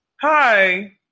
Hi